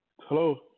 hello